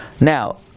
Now